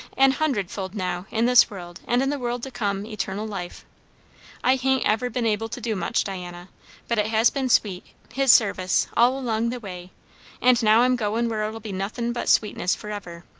an hundred-fold now, in this world, and in the world to come eternal life i hain't ever been able to do much, diana but it has been sweet his service all along the way and now i'm goin' where it'll be nothin' but sweetness for ever.